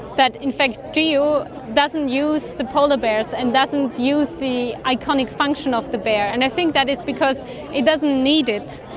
that in fact geo doesn't use the polar bears and doesn't use the iconic function of the bear. and i think that is because it doesn't need it,